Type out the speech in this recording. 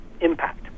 impact